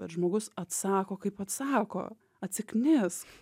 bet žmogus atsako kaip atsako atsiknisk